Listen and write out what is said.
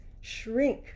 shrink